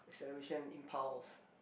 acceleration impulse